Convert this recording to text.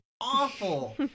awful